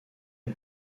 est